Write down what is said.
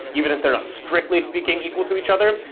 even if they're not strictly speaking equal to each other.